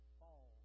fall